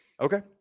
Okay